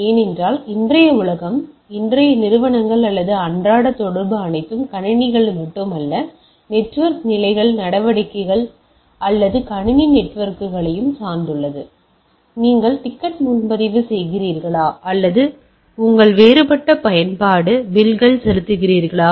ஏனென்றால் இன்றைய உலகம் அல்லது இன்றைய நிறுவனங்கள் அல்லது இன்றைய அன்றாட தொடர்பு அனைத்தும் கணினிகளை மட்டுமல்ல நெட்வொர்க் நிலை நடவடிக்கைகள் அல்லது கணினி நெட்வொர்க்குகளையும் சார்ந்துள்ளது நீங்கள் டிக்கெட் முன்பதிவு செய்கிறீர்களா அல்லது உங்கள் வேறுபட்ட பயன்பாட்டு பில்களை செலுத்துகிறீர்களா